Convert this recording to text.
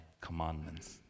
commandments